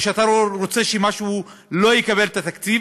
או כשאתה רוצה שמשהו לא יקבל את התקציב,